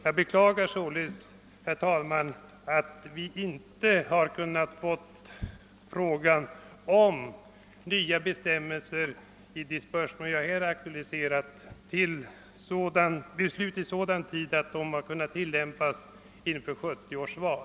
Jag beklagar således, herr talman, att vi inte kunnat få frågan om nya bestämmelser i de spörsmål som jag här aktualiserat till beslut i sådan tid att den nya ordningen kan tillämpas vid 1970 års val.